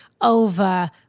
over